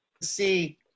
see